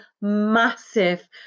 massive